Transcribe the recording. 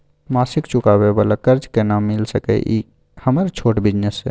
मासिक चुकाबै वाला कर्ज केना मिल सकै इ हमर छोट बिजनेस इ?